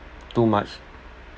too much